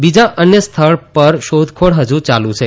બીજા અન્ય સ્થળ પર શોધખોળ હજુ ચાલુ છે